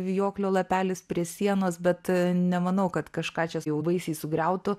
vijoklio lapelis prie sienos bet nemanau kad kažką čia jau baisiai sugriautų